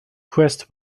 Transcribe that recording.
quest